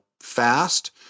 fast